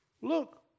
look